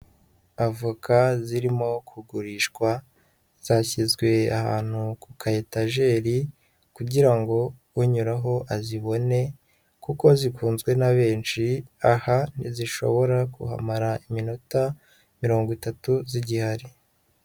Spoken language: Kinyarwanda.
Avoka zirimo kugurishwa zashyizwe ahantu ku kayetajeri kugira ngo unyuraho azibone kuko zikunzwe na benshi, aha ntizishobora kuhamara iminota mirongo itatu zigihari.